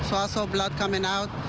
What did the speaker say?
also blood coming out.